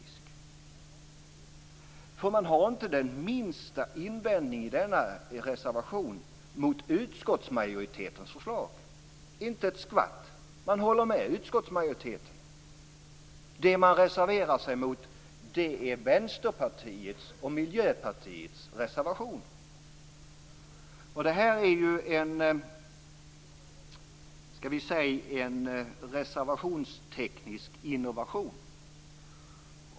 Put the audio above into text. I reservationen finns inte den minsta invändning mot utskottsmajoritetens förslag - inte ett skvatt. Man håller med utskottsmajoriteten. Det man reserverar sig mot är Vänsterpartiets och Miljöpartiets reservationer. Detta är en reservationsteknisk innovation!